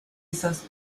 esas